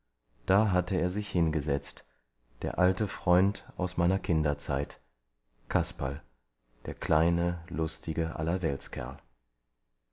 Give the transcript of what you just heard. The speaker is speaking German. da hatte er sich hingesetzt der alte freund aus meiner kinderzeit kasperl der kleine lustige allerweltskerl